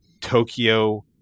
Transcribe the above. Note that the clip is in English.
tokyo